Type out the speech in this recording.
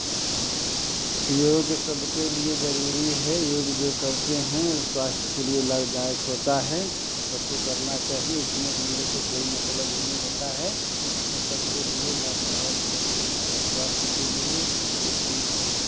योग सबके लिये जरूरी है योग जो करते हैं स्वास्थ्य के लिये लाभदायक होता है सबको करना चाहिए इसमें उम्र से कोई मतलब नहीं होता है ये सबके लिये लाभदायक जरूरी है स्वास्थ्य के लिये जो भी